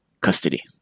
custody